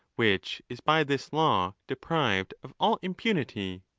which is by this law deprived of all impunity.